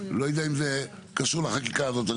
לא יודע אם זה קשור לחקיקה הזאת,